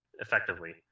effectively